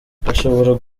bashobora